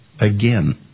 again